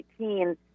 2018